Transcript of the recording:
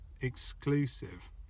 exclusive